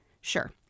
Sure